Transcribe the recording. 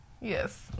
Yes